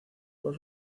por